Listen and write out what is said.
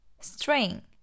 string